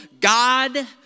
God